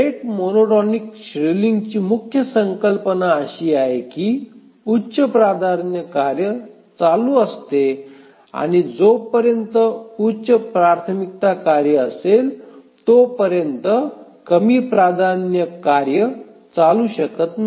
rate monotonic शेड्यूलिंगची मुख्य संकल्पना अशी आहे की उच्च प्राधान्य कार्य चालू असते आणि जोपर्यंत उच्च प्राथमिकता कार्य असेल तोपर्यंत कमी प्राधान्य कार्य चालू शकत नाही